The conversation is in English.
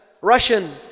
Russian